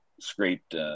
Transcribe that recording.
scraped